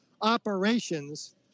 operations